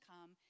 come